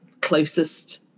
closest